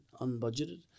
unbudgeted